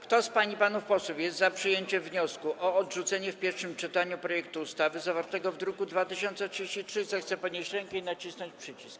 Kto z pań i panów posłów jest za przyjęciem wniosku o odrzucenie w pierwszym czytaniu projektu ustawy zawartego w druku nr 2033, zechce podnieść rękę i nacisnąć przycisk.